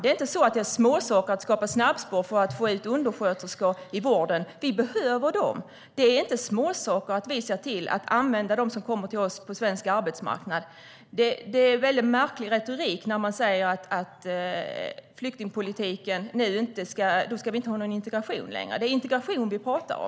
Det är inte småsaker att skapa snabbspår för att få ut undersköterskor i vården. Vi behöver dem. Det är inte småsaker att vi ser till att använda dem som kommer till oss på svensk arbetsmarknad. Det är en väldigt märklig retorik när man säger om flyktingpolitiken att vi nu inte längre ska ha någon integration. Det är integration vi talar om.